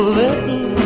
little